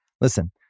Listen